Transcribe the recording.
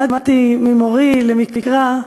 למדתי ממורי למקרא,